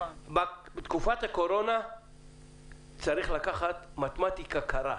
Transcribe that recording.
בתקופת הקורונה צריך לקחת מתמטיקה קרה.